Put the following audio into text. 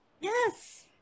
yes